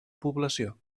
població